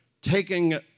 taking